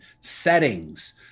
settings